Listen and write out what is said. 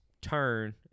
turn